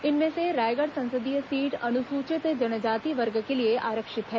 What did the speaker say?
इनमें से रायगढ़ संसदीय सीट अनुसूचित जनजाति वर्ग के लिए आरक्षित हैं